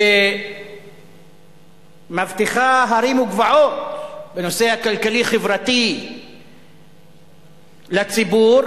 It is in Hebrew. שמבטיחה הרים וגבעות בנושא הכלכלי-חברתי לציבור,